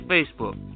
Facebook